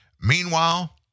Meanwhile